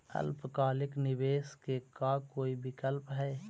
अल्पकालिक निवेश के का कोई विकल्प है?